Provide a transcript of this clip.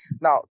Now